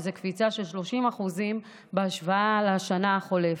שזאת קפיצה של 30% בהשוואה לשנה החולפת.